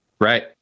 Right